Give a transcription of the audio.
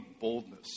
boldness